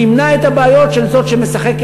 זה ימנע את הבעיות של זאת שבסיף,